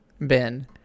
Ben